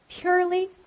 purely